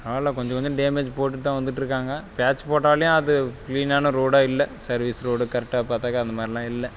பரவாயில்லை கொஞ்சம் கொஞ்சம் டேமேஜ் போட்டுகிட்டு தான் வந்துட்டிருக்காங்க பேச் போட்டாலேயும் அது க்ளீனான ரோடாக இல்லை சர்வீஸ் ரோடு கரெக்டாக பார்த்தாக்கா அந்த மாதிரிலாம் இல்லை